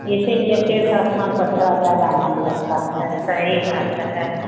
इसीलिए तीर्थ स्थान पर थोड़ा ज्यादा मन लगता है सही बात है